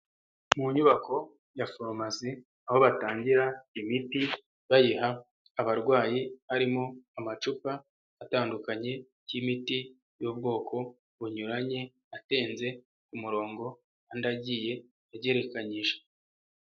Mu nyubako ya farumasi aho batangira imiti bayiha abarwayi harimo amacupa atandukanye y'imiti y'ubwoko bunyuranye atenze ku murongo andi agiye agerekanyije.